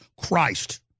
Christ